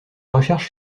recherche